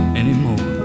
anymore